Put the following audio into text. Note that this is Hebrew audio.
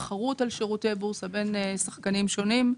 תחרות על שירותי בורסה בין שחקנים שונים.